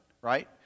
right